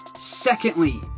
Secondly